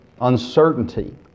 uncertainty